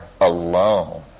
alone